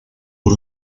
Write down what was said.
por